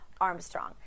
Armstrong